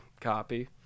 copy